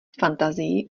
fantazii